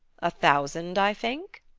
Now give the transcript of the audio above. a thousand, i think?